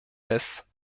des